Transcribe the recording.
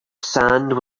sand